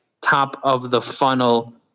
top-of-the-funnel